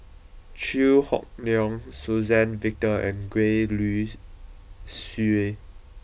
Chew Hock Leong Suzann Victor and Gwee Li Sui